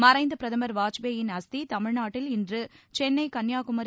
மறைந்த பிரதமர் வாஜ்பேயி யின் அஸ்தி தமிழ்நாட்டில் இன்று சென்னை கன்னியாகுமரி